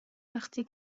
وقتی